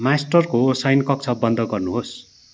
मास्टरको शयनकक्ष बन्द गर्नुहोस्